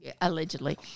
Allegedly